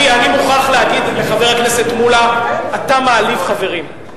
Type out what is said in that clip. אני מוכרח להגיד לחבר הכנסת מולה: אתה מעליב חברים.